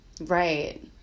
right